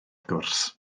gwrs